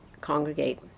congregate